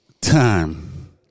time